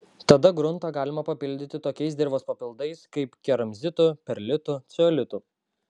tada gruntą galima papildyti tokiais dirvos papildais kaip keramzitu perlitu ceolitu